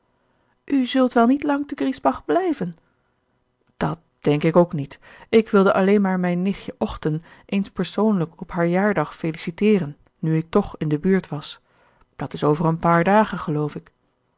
zult wel niet lang te griesbach blijven dat denk ik ook niet ik wilde alleen maar mijn nichtje ochten eens persoonlijk op haar jaardag feliciteeren nu ik toch in de buurt was dat is over een paar dagen geloof ik